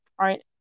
Right